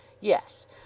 Yes